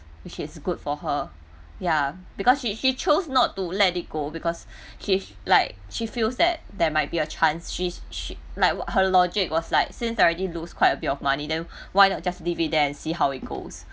which is good for her ya because she she chose not to let it go because she's like she feels that there might be a chance she's she like her logic was like since I already lose quite a bit of money then why not just leave it there and see how it goes